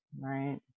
right